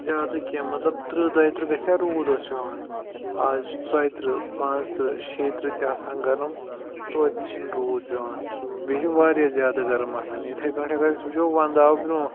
زیادٕ کینٛہہ مطلب تٕرٛہ دۄیہِ تٕرٛہ گژھِ ہا روٗد اوس پٮ۪وان اَز چھِ ژۄیہِ تٕرٛہ پانٛژھ تٕرٛہ شیٚیہِ تٕرٛہ تہِ آسان گَرٕم توتہِ چھِنہٕ روٗد پٮ۪وان بیٚیہِ چھِ واریاہ زیادٕ گَرم آسان یِتھَے کٔنۍ اگر أسۍ وٕچھو وَندٕ آو برٛونٛہہ